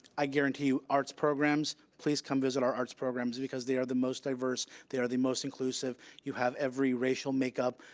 i guarantee you, arts programs, please come visit our arts programs, because they are the most diverse, they are the most inclusive, you have every racial make up,